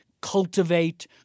cultivate